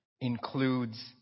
includes